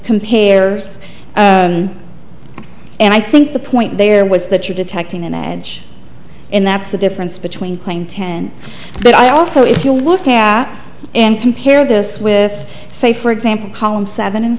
compare and i think the point there was that you're detecting an edge and that's the difference between playing ten but i also if you look at and compare this with say for example column seven and